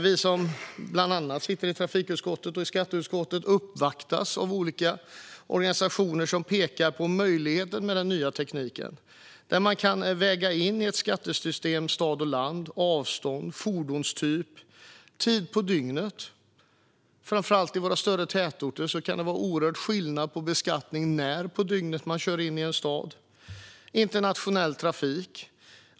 Bland andra vi som sitter i trafikutskottet och i skatteutskottet uppvaktas av olika organisationer som pekar på möjligheterna med den nya tekniken, där man i ett skattesystem kan väga in stad och land, avstånd, fordonstyp, internationell trafik och tid på dygnet. Framför allt i våra större tätorter kan det vara en oerhört stor skillnad på beskattningen beroende på när på dygnet man kör in i en stad.